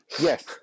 Yes